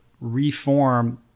reform